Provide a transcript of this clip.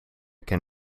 can